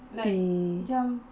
mm